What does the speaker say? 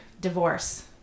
divorce